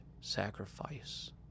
sacrifice